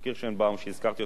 שהזכרתי אותה בנאומי,